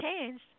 changed